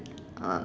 uh